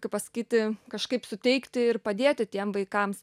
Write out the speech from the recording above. kaip pasakyti kažkaip suteikti ir padėti tiem vaikams